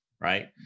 Right